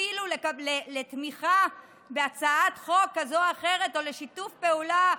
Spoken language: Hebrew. אפילו לתמיכה בהצעת חוק כזו או אחרת או לשיתוף פעולה,